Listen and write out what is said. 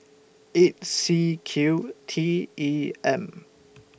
eight C Q T E M